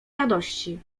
radości